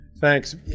Thanks